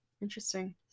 interesting